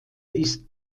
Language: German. ist